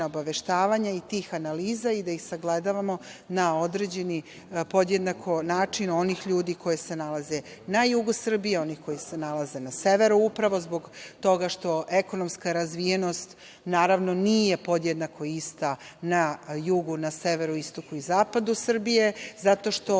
obaveštavanja i tih analiza i da ih sagledavamo na određeni, podjednako onih ljudi koji se nalaze na jugu Srbije, onih koji se nalaze na severu, upravo zbog toga što ekonomska razvijenost naravno nije podjednako ista na jugu, severu, istoku i zapadu Srbije, zato što